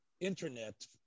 internet